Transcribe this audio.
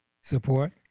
Support